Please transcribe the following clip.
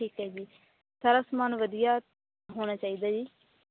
ਠੀਕ ਹੈ ਜੀ ਸਾਰਾ ਸਮਾਨ ਵਧੀਆ ਹੋਣਾ ਚਾਹੀਦਾ ਜੀ